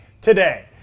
today